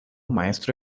maestro